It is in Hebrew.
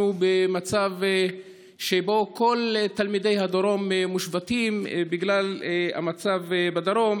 אנחנו במצב שבו כל תלמידי הדרום מושבתים בגלל המצב בדרום,